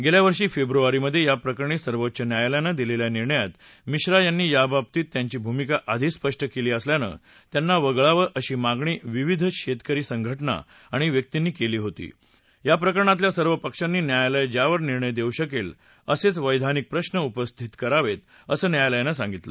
गेल्या वर्षी फेब्रुवारच्यिके या प्रकरणा सर्वोच्च न्यायालयानं दिलेल्या निर्णयात मिश्रा यांनाआबाबतत्ति त्यांचा भूमिका आधवि स्पष्ट केलाअसल्यानं त्यांना वगळावं अश आगणा विविध शेतकर उंघटना आणि व्यक्तींन केल होत या प्रकरणातल्या सर्व पक्षांन उंयायालय ज्यावर निर्णय देऊ शकेल असेच वैधानिक प्रश्न उपस्थित करावेत असं न्यायालयानं सांगितलं